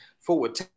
forward